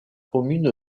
commune